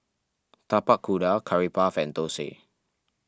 Tapak Kuda Curry Puff and Thosai